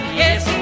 yes